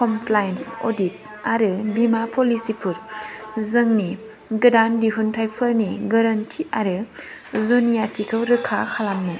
compliance audit आरो बीमा पलिसिफोर जोंनि गोदान दिहुनथाइफोरनि गोरोन्थि आरो जुनियाथिखौ रोखा खालामनो